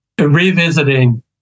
revisiting